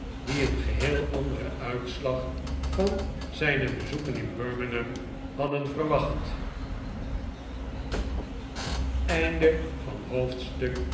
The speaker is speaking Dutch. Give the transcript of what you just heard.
die een geheel anderen uitslag van zijne bezoeken in birmingham hadden verwacht einde